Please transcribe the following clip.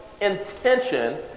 intention